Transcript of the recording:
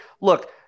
look